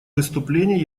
выступлении